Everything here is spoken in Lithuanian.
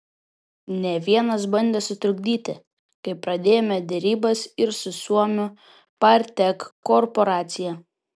ne vienas bandė sutrukdyti kai pradėjome derybas ir su suomių partek korporacija